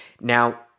Now